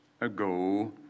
ago